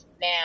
Now